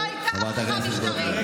לא הייתה הפיכה משטרית.